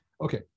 Okay